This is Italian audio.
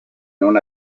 non